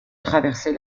traverser